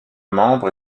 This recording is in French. membre